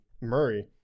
murray